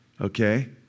okay